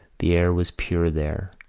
the air was pure there.